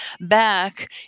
back